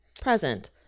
present